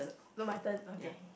no my turn okay